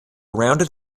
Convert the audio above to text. rounded